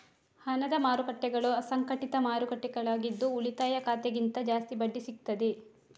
ಹಣದ ಮಾರುಕಟ್ಟೆಗಳು ಅಸಂಘಟಿತ ಮಾರುಕಟ್ಟೆಗಳಾಗಿದ್ದು ಉಳಿತಾಯ ಖಾತೆಗಿಂತ ಜಾಸ್ತಿ ಬಡ್ಡಿ ಸಿಗ್ತದೆ